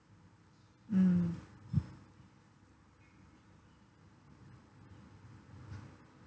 mm